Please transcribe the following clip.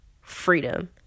freedom